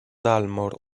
dalmor